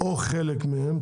או חלק מהם.